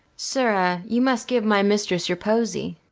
sirrah, you must give my mistress your posy.